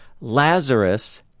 Lazarus